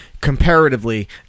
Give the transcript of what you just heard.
comparatively